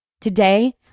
Today